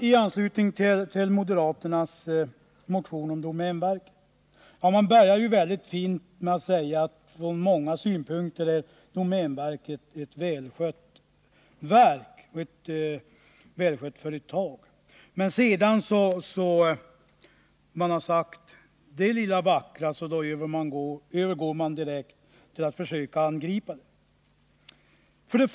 I sin motion om domänverket börjar moderaterna mycket fint med att säga att domänverket från många synpunkter är ett välskött företag. Men sedan man sagt det lilla vackra övergår man direkt till att angripa verket.